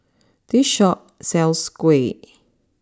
this Shop sells Kuih